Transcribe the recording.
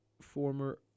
former